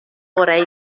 orau